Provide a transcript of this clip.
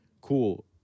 cool